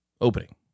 opening